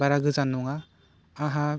बारा गोजान नङा आंहा